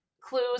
clues